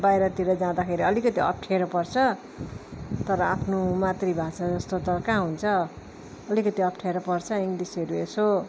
बाहिरतिर जाँदाखेरि अलिकति अप्ठ्यारो पर्छ तर आफ्नो मातृ भाषा जस्तो त कहाँ हुन्छ अलिकति अप्ठ्यारो पर्छ इङ्ग्लिसहरू एसो